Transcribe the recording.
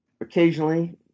occasionally